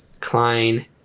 klein